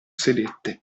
sedette